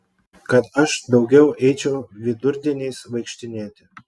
kad aš daugiau eičiau vidurdieniais vaikštinėti